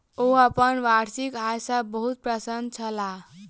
ओ अपन वार्षिक आय सॅ बहुत प्रसन्न छलाह